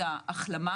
ההחלמה.